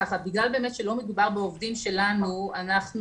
בגלל שלא מדובר בעובדים שלנו, אנחנו